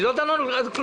אני לא דן עוד על כלום.